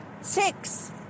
Six